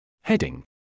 Heading